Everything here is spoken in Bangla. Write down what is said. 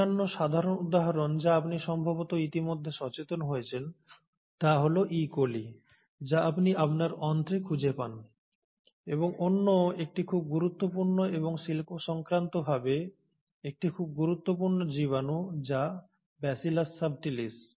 অন্যান্য সাধারণ উদাহরণ যা আপনি সম্ভবত ইতিমধ্যে সচেতন হয়েছেন তা হল ই কোলি E coli যা আপনি আপনার অন্ত্রে খুঁজে পান এবং অন্য একটি খুব গুরুত্বপূর্ণ এবং শিল্প সংক্রান্তভাবে একটি খুব গুরুত্বপূর্ণ জীবাণু যা ব্যাসিলাস সাবটিলিস